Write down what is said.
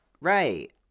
Right